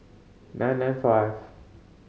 nine nine five